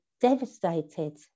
devastated